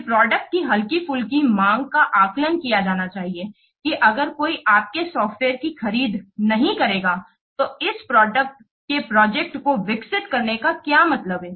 फिर प्रोडक्ट की हल्की फुल्की मांग का आकलन किया जाना चाहिए कि अगर कोई आपके सॉफ्टवेयर की खरीद नहीं करेगा तो इस प्रोडक्ट के प्रोजेक्ट को विकसित करने का क्या मतलब है